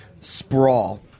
sprawl